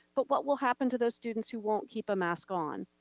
but what will happen to those students who won't keep a mask on?